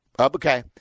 Okay